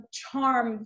Charm